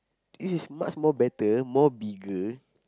this is much more better more bigger